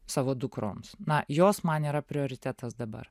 savo dukroms na jos man yra prioritetas dabar